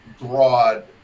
broad